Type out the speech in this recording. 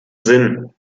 sinn